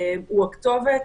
הוא הכתובת.